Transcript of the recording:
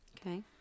Okay